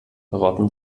rotten